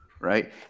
right